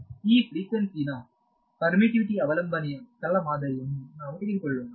ಈ ಫ್ರಿಕ್ವೆನ್ಸಿ ನ ಪರ್ಮಿತ್ತಿವಿಟಿ ಅವಲಂಬನೆಯ ಸರಳವಾದ ಮಾದರಿಯನ್ನು ನಾವು ತೆಗೆದುಕೊಳ್ಳೋಣ